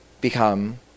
become